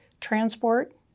transport